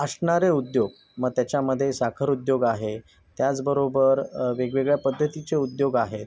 असणारे उद्योग मग त्याच्यामध्ये साखर उद्योग आहे त्याचबरोबर वेगवेगळ्या पद्धतीचे उद्योग आहेत